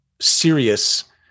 serious